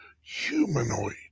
humanoid